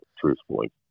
truthfully